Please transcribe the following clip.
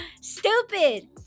stupid